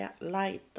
light